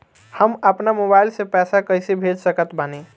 हम अपना मोबाइल से पैसा कैसे भेज सकत बानी?